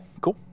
cool